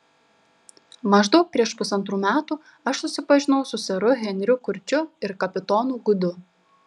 maždaug prieš pusantrų metų aš susipažinau su seru henriu kurčiu ir kapitonu gudu